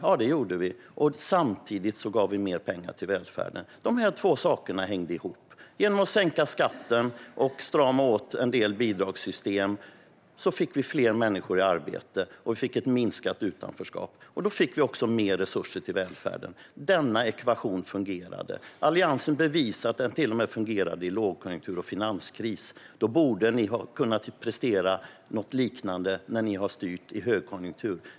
Ja, det gjorde vi, och samtidigt gav vi mer pengar till välfärden. Dessa två hängde ihop. Genom att sänka skatten och strama åt en del bidragssystem fick vi fler människor i arbete och ett minskat utanförskap, och då fick vi också mer resurser till välfärden. Denna ekvation fungerade. Alliansen bevisade att detta fungerade till och med i lågkonjunktur och finanskris. Då borde ni ha kunnat prestera något liknande när ni har styrt i högkonjunktur.